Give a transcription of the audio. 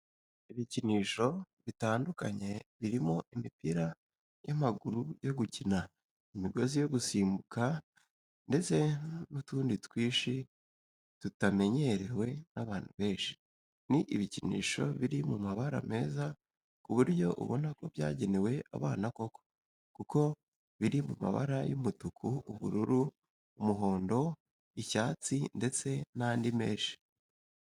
Ibikinisho bitandukanye birimo imipira y'amaguru yo gukina, imigozi yo gusimbuka ndetse n'utundi twinshi tutanenyerewe n'abantu benshi. Ni ibikinisho biri mu mabara meza ku buryo ubona ko byagenewe abana koko kuko biri mu mabara y'umutuku, ubururu, umuhondo, icyatsi ndetse n'andi menshi.